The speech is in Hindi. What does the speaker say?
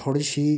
थोड़ी सी